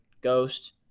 Ghost